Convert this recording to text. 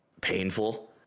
painful